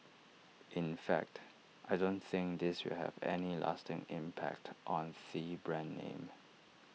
in fact I don't think this will have any lasting impact on the brand name